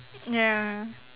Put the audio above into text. ya